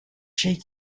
shaking